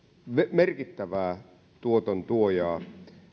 merkittävää tuoton tuojaa